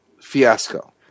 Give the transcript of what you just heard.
fiasco